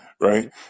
Right